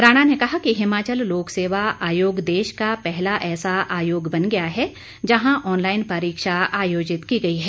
राणा ने कहा कि हिमाचल लोकसेवा आयोग देश का पहला ऐसा आयोग बन गया है जहां ऑनलाइन परीक्षा आयोजित की गई है